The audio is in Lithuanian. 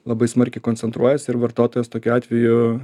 labai smarkiai koncentruojasi ir vartotojas tokiu atveju